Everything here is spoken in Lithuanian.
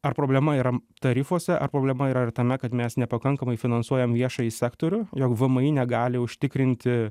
ar problema yra tarifuose ar problema yra ir tame kad mes nepakankamai finansuojam viešąjį sektorių jog vmi negali užtikrinti